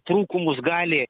trūkumus gali